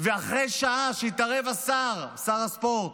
אחרי שעה, כשהתערב השר, שר הספורט,